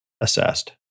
assessed